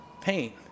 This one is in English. pain